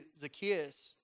Zacchaeus